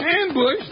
Ambush